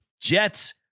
Jets